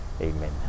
Amen